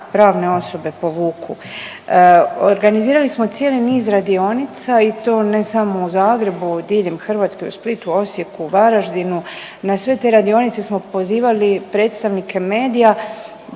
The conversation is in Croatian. pravne osobe povuku. Organizirali smo cijeli niz radionica i to ne samo u Zagrebu, diljem Hrvatske u Splitu, Osijeku, Varaždinu. Na sve te radionice smo pozivali predstavnike medija.